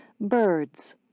birds